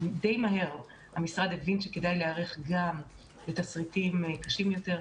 די מהר המשרד הבין שכדאי להיערך גם לתרחישים קשים יותר,